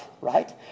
right